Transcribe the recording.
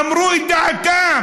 אמרו את דעתם.